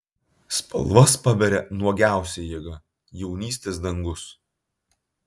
spalvas paberia nuogiausia jėga jaunystės dangus